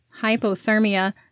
hypothermia